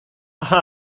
cha